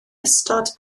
ystod